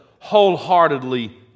wholeheartedly